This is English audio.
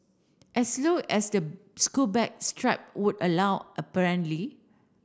as low as the school bag strap would allow apparently